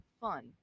Fun